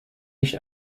nicht